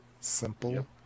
simple